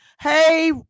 hey